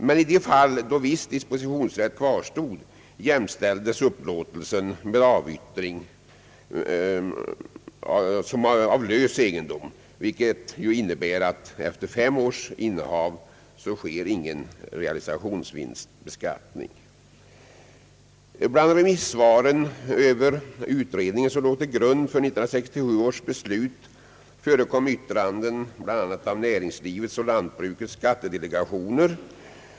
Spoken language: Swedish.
Men i de fall då viss dispositionsrätt kvarstod jämställdes upplåtelsen med avyttring av lös egendom, vilket ju innebär att efter fem års innehav ingen realisationsvinstbeskattning sker. Bland remissvaren över den utredning som låg till grund för 1967 års beslut förekom yttranden från bl.a. näringslivets och lantbrukets skattedelegationer.